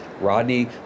Rodney